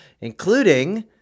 including